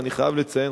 אני חייב לציין,